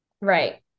Right